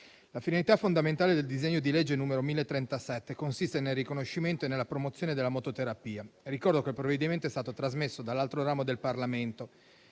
la finalità fondamentale del disegno di legge n. 1037 consiste nel riconoscimento e nella promozione della mototerapia. Ricordo che il provvedimento è stato trasmesso dall'altro ramo del Parlamento.